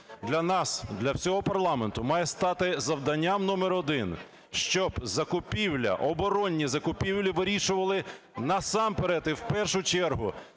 Для нас, для всього парламенту, має стати завданням номер один, щоб закупівлі, оборонні закупівлі вирішували насамперед і в першу чергу